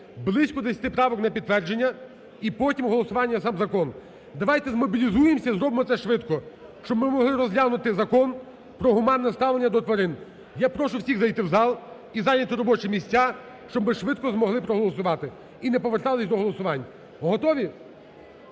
близько десяти правок на підтвердження і потім голосування за сам закон. Давайте змобілізуємося і зробимо це швидко, щоб ми могли розглянути Закон про гуманне ставлення до тварин. Я прошу всіх зайти в зал і зайняти робочі місця, щоб ми швидко змогли проголосувати і не повертались до голосувань. Готові?